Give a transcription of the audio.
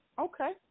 okay